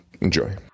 enjoy